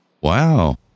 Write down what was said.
Wow